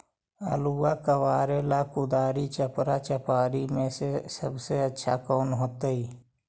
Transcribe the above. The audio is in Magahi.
आलुआ कबारेला कुदारी, चपरा, चपारी में से सबसे अच्छा कौन होतई?